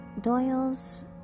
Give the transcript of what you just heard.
Doyle's